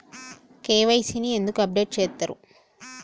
KYC ని ఎందుకు update చేత్తరు?